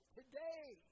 today